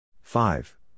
Five